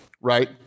Right